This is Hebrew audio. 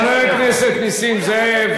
חבר הכנסת נסים זאב.